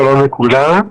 שלום לכולם.